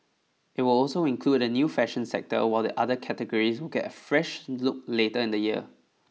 it will also include a new fashion sector while the other categories will get a fresh look later in the year